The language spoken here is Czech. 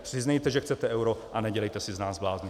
Přiznejte, že chcete euro, a nedělejte si z nás blázny.